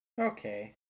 Okay